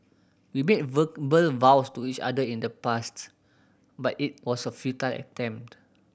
we made verbal vows to each other in the past but it was a futile attempt